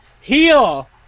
Heal